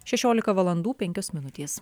šešiolika valandų penkios minutės